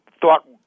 thought